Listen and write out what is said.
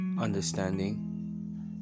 understanding